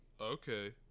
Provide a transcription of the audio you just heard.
Okay